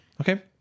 Okay